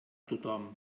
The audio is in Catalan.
tothom